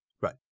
Right